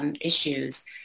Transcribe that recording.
issues